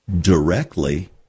directly